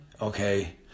Okay